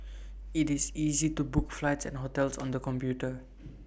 IT is easy to book flights and hotels on the computer